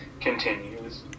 continues